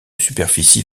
superficie